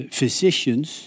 physicians